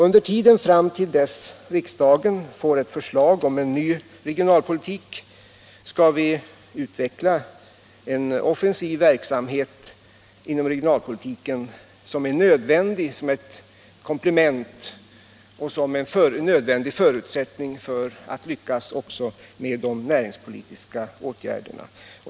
Under tiden fram till dess riksdagen får ett förslag om en ny regionalpolitik skall vi utveckla en offensiv regionalpolitik. Det är en förutsättning för att vi skall lyckas också med de näringspolitiska åtgärderna.